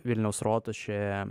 vilniaus rotušėje